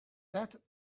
that